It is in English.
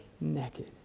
naked